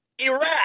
Iraq